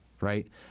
right